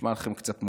נשמע לכם קצת מוכר?